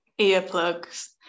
earplugs